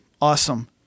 awesome